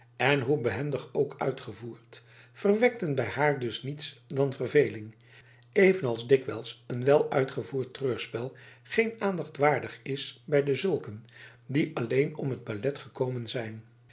en hoe behendig ook uitgevoerd verwekten bij haar dus niets dan verveling evenals dikwijls een wel uitgevoerd treurspel geen aandacht waardig is bij dezulken die alleen om het ballet gekomen zijn